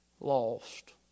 lost